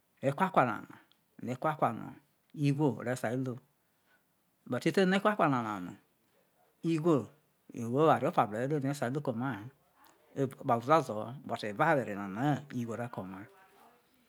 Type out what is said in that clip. ekwa kwa nana yo ekwa kwa no igho ore sai lu but ote no ekwa kwa na no igho wo eware efa no ore sai lu ke omai hi evao uzuazo ho but evawere nana ho igho re ke omai.